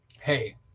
hey